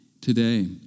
today